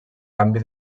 canvi